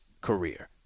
career